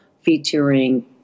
featuring